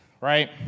right